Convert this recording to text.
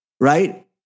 right